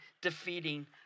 defeating